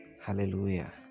Hallelujah